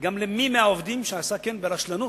גם למי מהעובדים שעשה כן ברשלנות,